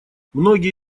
многие